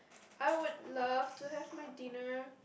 I would love to have my dinner